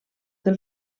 del